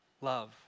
love